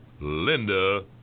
linda